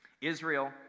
Israel